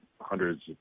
hundreds